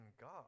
God